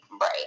Right